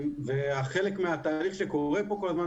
וחלק מהתהליך שקורה פה כל הזמן,